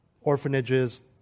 orphanages